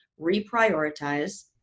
reprioritize